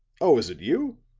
oh, is it you?